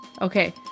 okay